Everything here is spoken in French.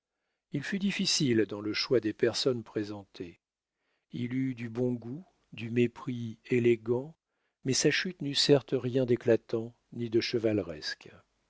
il fut difficile dans le choix des personnes présentées il eut du bon goût du mépris élégant mais sa chute n'eut certes rien d'éclatant ni de chevaleresque